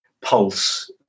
pulse